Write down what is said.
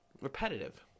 repetitive